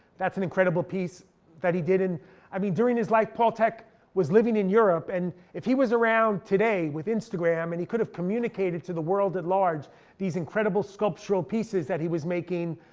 that's an incredible piece that he did. i mean during his life paul thek was living in europe. and if he was around today with instagram, and he could have communicated to the world at large these incredible sculptural pieces that he was making,